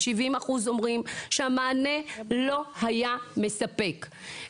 אומרים שהמענה לא היה מספק.